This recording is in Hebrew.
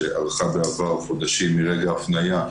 שערכה בעבר חודשים מרגע ההפניה,